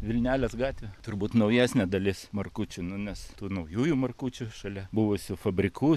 vilnelės gatvė turbūt naujesnė dalis markučių nu nes tų naujųjų markučių šalia buvusių fabrikų